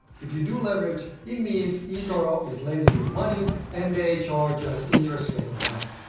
if you do leverage, it means etoro is lending you money and they charge an interest rate on that.